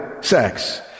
sex